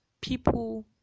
people